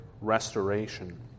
restoration